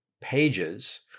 pages